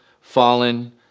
fallen